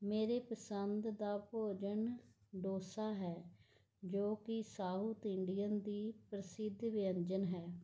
ਮੇਰੇ ਪਸੰਦ ਦਾ ਭੋਜਨ ਡੋਸਾ ਹੈ ਜੋ ਕਿ ਸਾਊਥ ਇੰਡੀਅਨ ਦੀ ਪ੍ਰਸਿੱਧ ਵਿਅੰਜਨ ਹੈ